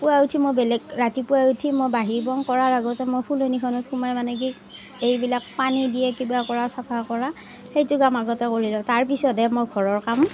পুৱা উঠি মই বেলেগ ৰাতিপুৱাই উঠি মই বাহি কাম কৰাৰ আগতে ফুলনিখনত সোমাই মানে কি এইবিলাক পানী দিয়ে কিবা কৰা চাফা কৰা সেইটো কাম আগতে কৰি লওঁ তাৰ পিছতহে মই ঘৰৰ কাম